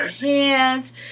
hands